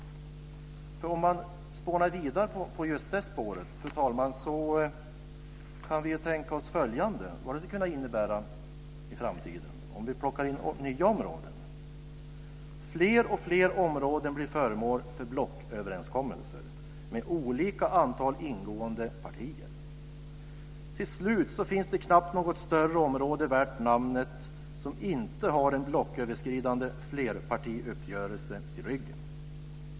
Om vi spånar vidare på just det spåret, fru talman, kan vi tänka oss vad det skulle kunna innebära i framtiden, om vi plockar in nya områden. Fler och fler områden blir föremål för blocköverenskommelser med olika antal ingående partier. Till slut finns det knappt något större område värt namnet som inte har en blocköverskridande flerpartiuppgörelse i ryggen.